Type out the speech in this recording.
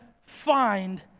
find